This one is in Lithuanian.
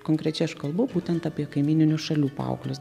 konkrečiai aš kalbu būtent apie kaimyninių šalių paauglius